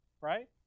right